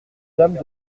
dame